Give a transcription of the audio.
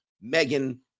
Megan